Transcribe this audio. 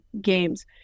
games